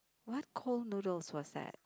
what cold noodles was that